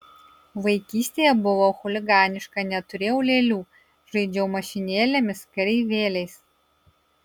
vaikystėje buvau chuliganiška neturėjau lėlių žaidžiau mašinėlėmis kareivėliais